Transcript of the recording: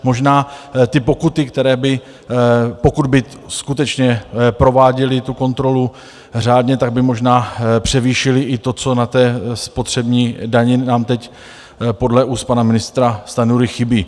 Možná ty pokuty, pokud by skutečně prováděli tu kontrolu řádně, tak by možná převýšily i to, co na té spotřební dani nám teď podle úst pana ministra Stanjury chybí.